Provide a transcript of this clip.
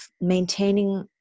maintaining